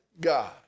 God